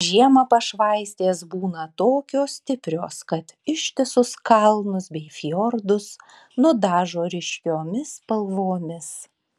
žiemą pašvaistės būna tokios stiprios kad ištisus kalnus bei fjordus nudažo ryškiomis spalvomis